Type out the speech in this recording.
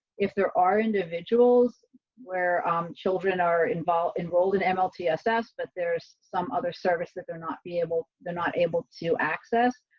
if there are individuals where um children are involved, enrolled and at mlt assess, but there's some other services are not be able, they're not able to access.